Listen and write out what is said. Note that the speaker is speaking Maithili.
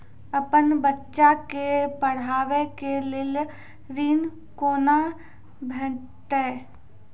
अपन बच्चा के पढाबै के लेल ऋण कुना भेंटते?